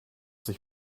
sich